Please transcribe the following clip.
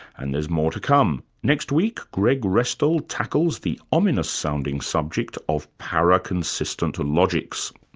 and there's more to come. next week greg restall tackles the ominous sounding subject of paraconsistent logics.